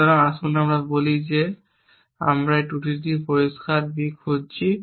সুতরাং আসুন আমরা বলি যে আমরা এই ত্রুটিটি পরিষ্কার B খুঁজছি